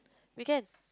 we can